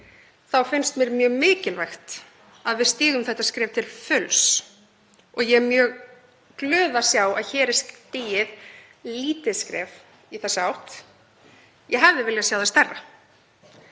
finnst mér mjög mikilvægt að við stígum þetta skref til fulls og ég er mjög glöð að sjá að hér er stigið lítið skref í þessa átt. Ég hefði viljað sjá það stærra.